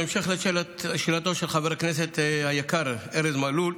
בהמשך לשאלתו של חבר הכנסת היקר ארז מלול,